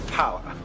power